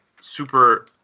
super